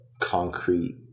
concrete